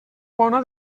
bona